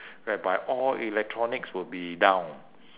whereby all electronics will be down